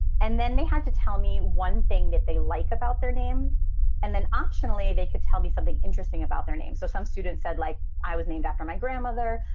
and then they had to tell me one thing that they like about their name and then optionally they could tell me something interesting about their name. so some students said, like, i was named after my grandmother.